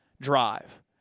drive